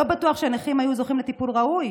לא בטוח שהנכים היו זוכים לטיפול ראוי,